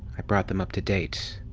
i brought them up to date.